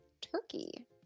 Turkey